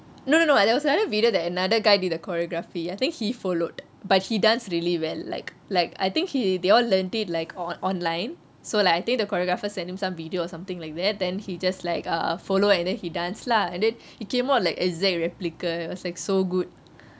no no no there was another video that another guy did the choreography I think he followed but he dance really well like like I think he they all learnt it like on~ online so like I think the choreographer sent him some video or something like that then he just like err follow and then he dance lah and then it came out like exact replica it was like so good